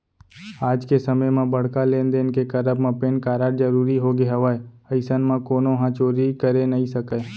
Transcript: आज के समे म बड़का लेन देन के करब म पेन कारड जरुरी होगे हवय अइसन म कोनो ह चोरी करे नइ सकय